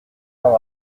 leurs